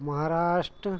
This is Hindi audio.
महाराष्ट्र